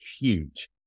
huge